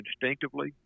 instinctively